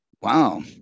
wow